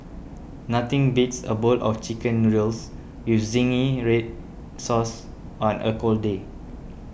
nothing beats a bowl of Chicken Noodles with Zingy Red Sauce on a cold day